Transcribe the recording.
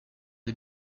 des